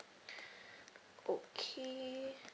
okay